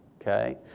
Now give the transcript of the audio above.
Okay